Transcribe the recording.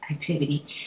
activity